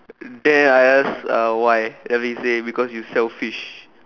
then I ask uh why then after that he say because you selfish